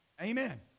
Amen